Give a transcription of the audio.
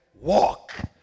walk